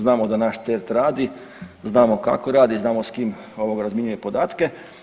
Znamo da naš CERT radi, znamo kako radi, znamo s kim ovoga razmjenjuje podatke.